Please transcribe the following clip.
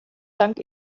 dank